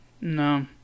No